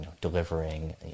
delivering